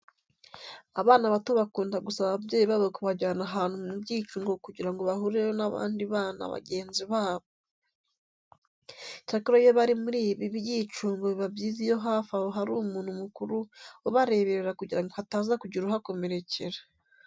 Abana bato bakunda gusaba ababyeyi babo kubajyana ahantu mu byicungo kugira ngo bahurireyo n'abandi bana bagenzi babo. Icyakora iyo bari muri ibi byicungo biba byiza iyo hafi aho hari umuntu mukuru ubareberera kugira ngo hataza kugira uhakomerekera.